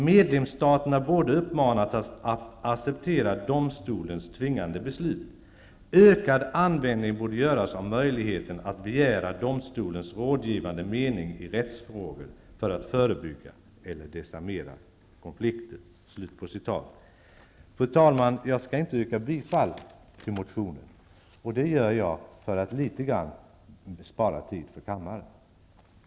Medlemsstaterna borde uppmanas att acceptera domstolens tvingande domslut. Ökad användning borde göras av möjligheten att begära domstolens rådgivande mening i rättsfrågor för att förebygga eller desarmera konflikter.'' Fru talman! Jag skall inte yrka bifall till motionen. Det gör jag för att något spara kammarens tid.